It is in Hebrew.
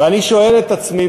ואני שואל את עצמי,